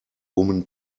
woman